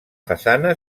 façana